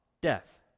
death